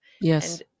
Yes